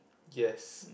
yes